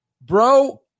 Bro